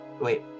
Wait